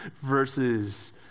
versus